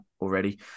already